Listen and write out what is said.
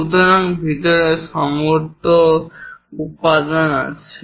সুতরাং ভিতরে সর্বত্র উপাদান আছে